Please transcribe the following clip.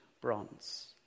bronze